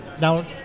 now